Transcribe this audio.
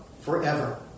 forever